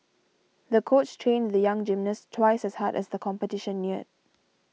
the coach trained the young gymnast twice as hard as the competition neared